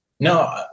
No